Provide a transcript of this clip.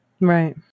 Right